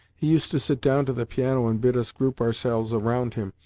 he used to sit down to the piano and bid us group ourselves around him,